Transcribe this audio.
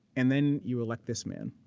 and then you elect this man.